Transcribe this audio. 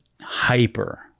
hyper